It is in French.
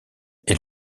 est